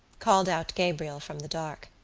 called out gabriel from the dark.